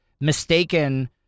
mistaken